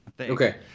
Okay